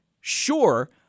sure